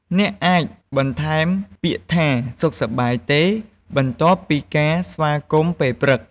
អ្នកអាចបន្ថែមពាក្យថា "សុខសប្បាយទេ?" បន្ទាប់ពីការស្វាគមន៍ពេលព្រឹក។